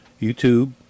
YouTube